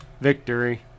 Victory